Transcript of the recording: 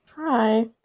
Hi